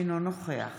אינו נוכח